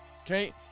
okay